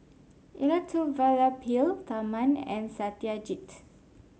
Elattuvalapil Tharman and Satyajit